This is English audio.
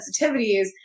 sensitivities